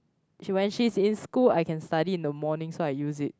when she's in school I can study in the morning so I use it